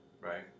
Right